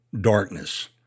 Darkness